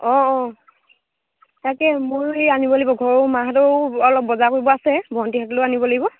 অঁ অঁ তাকে মই আনিব লাগিব ঘৰৰ মাহঁতও অলপ বজাৰ কৰিব আছে ভণ্টী হঁতলেও আনিব লাগিব